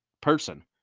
person